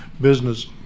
business